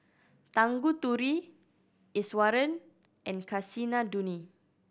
Tanguturi Iswaran and Kasinadhuni